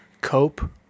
cope